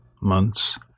months